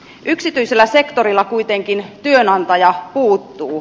yksityisellä sektorilla kuitenkin työnantaja puuttuu